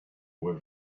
were